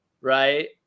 right